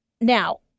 now